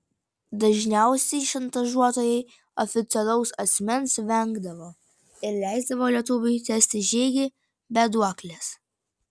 dažniausiai šantažuotojai oficialaus asmens vengdavo ir leisdavo lietuviui tęsti žygį be duoklės